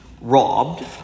robbed